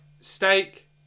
steak